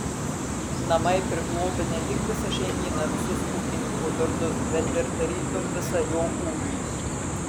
namai priglobia ne tik visą šeimyną visus ūkininko turtus bet ir tarytum visą jo ūkį